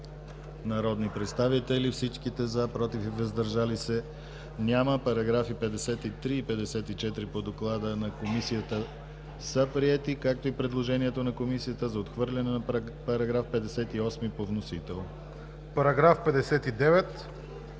народни представители: за 67, против и въздържали се няма. Параграфи 53 и 54 по доклада на Комисията са приети, както и предложението на Комисията за отхъврляне на § 58 по вносител. ДОКЛАДЧИК